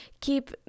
keep